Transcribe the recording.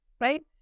right